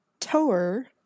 tower